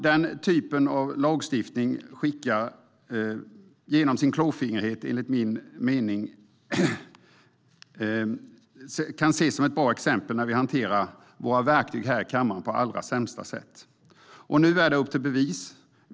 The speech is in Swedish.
Den typen av lagstiftning kan ses som ett bra exempel på klåfingrighet och hur vi hanterar våra verktyg i kammaren på allra sämsta sätt. Nu är det upp till bevis.